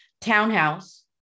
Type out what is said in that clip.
townhouse